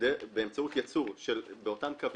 לאירופה באמצעות ייצור באותם קווים,